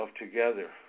together